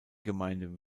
gemeinde